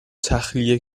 تخلیه